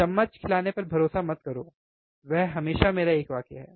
चम्मच खिलाने पर भरोसा मत करो वह हमेशा मेरा एक वाक्य है